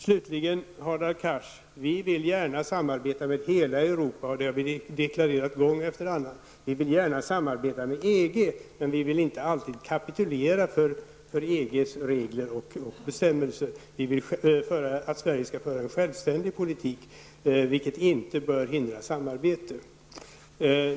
Slutligen, Hadar Cars, vill vi gärna samarbeta med hela Europa, och det har vi deklarerat gång efter annan. Vi vill gärna samarbeta med EG. Men vi vill inte alltid kapitulera för EGs regler och bestämmelser. Vi vill att Sverige skall föra en självständig politik, vilket inte bör hindra samarbete.